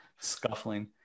scuffling